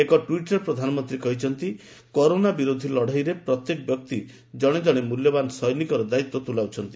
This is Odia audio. ଏକ ଟ୍ୱିଟ୍ରେ ପ୍ରଧାନମନ୍ତ୍ରୀ କହିଛନ୍ତି କରୋନା ବିରୋଧୀ ଲଢ଼େଇରେ ପ୍ରତ୍ୟେକ ବ୍ୟକ୍ତି ଜଣେ ଜଣେ ମୂଲ୍ୟବାନ୍ ସୈନିକର ଦାୟିତ୍ୱ ତ୍କୁଲାଉଛନ୍ତି